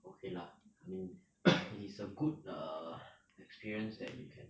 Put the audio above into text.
okay lah I mean it is a err good experience that you can